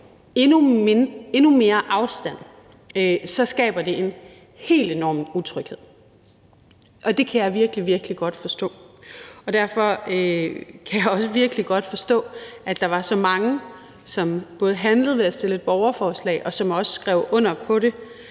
endnu mere afstand, så skaber det en helt enorm utryghed. Og det kan jeg virkelig, virkelig godt forstå. Derfor kan jeg også virkelig godt forstå, at der var så mange, som både handlede ved at stille et borgerforslag, og som også skrev under på det